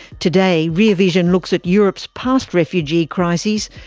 today rear vision looks at europe's past refugee crises,